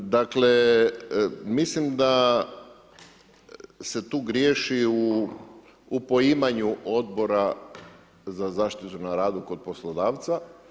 Dakle, mislim da se tu griješi u poimanju odbora za zaštitu na radu kod poslodavca.